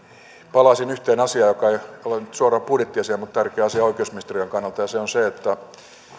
palaisin yhteen asiaan joka ei ole nyt suoraan budjettiasia mutta tärkeä asia oikeusministeriön kannalta ja se on se että